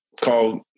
called